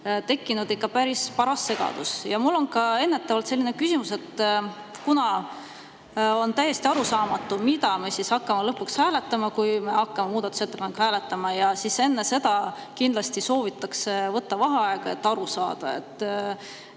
tekkinud päris paras segadus. Ja mul on ka ennetavalt selline küsimus. On täiesti arusaamatu, mida me hakkame lõpuks hääletama, kui hakkame muudatusettepanekut hääletama. Enne seda kindlasti soovitakse võtta vaheaega, et aru saada,